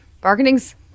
Bargainings